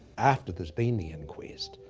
after there's been the inquest,